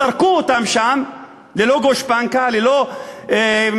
זרקו אותם שם ללא גושפנקה וללא מסמכים,